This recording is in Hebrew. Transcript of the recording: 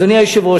אדוני היושב-ראש,